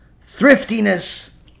thriftiness